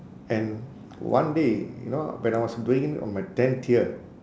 and one day you know when I was doing it on my tenth year